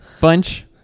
bunch